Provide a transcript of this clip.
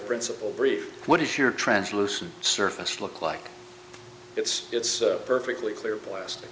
principle brief what is your translucent surface look like it's it's perfectly clear plastic